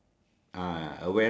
to the left of the stone